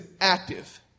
active